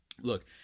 look